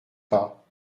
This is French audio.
pas